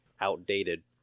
outdated